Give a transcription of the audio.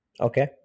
Okay